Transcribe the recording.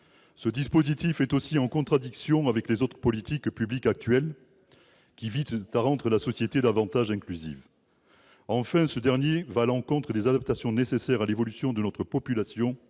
Ce dispositif est aussi en contradiction avec les autres politiques publiques actuelles qui visent à rendre la société plus inclusive. Enfin, il va à l'encontre des adaptations nécessaires à l'évolution de notre population,